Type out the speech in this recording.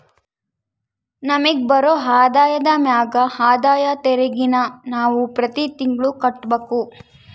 ನಮಿಗ್ ಬರೋ ಆದಾಯದ ಮ್ಯಾಗ ಆದಾಯ ತೆರಿಗೆನ ನಾವು ಪ್ರತಿ ತಿಂಗ್ಳು ಕಟ್ಬಕು